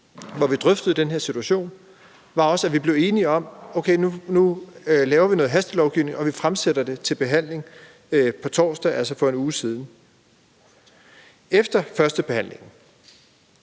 hvor vi drøftede den her situation, at vi blev enige om, at vi nu laver noget hastelovgivning og fremsætter det til behandling torsdag, altså for en uge siden. Efter førstebehandlingen